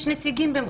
יש נציגים,